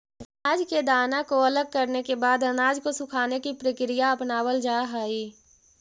अनाज के दाना को अलग करने के बाद अनाज को सुखाने की प्रक्रिया अपनावल जा हई